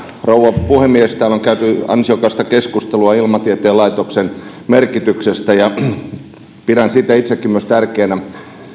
rouva puhemies täällä on käyty ansiokasta keskustelua ilmatieteen laitoksen merkityksestä ja pidän sitä itsekin myös tärkeänä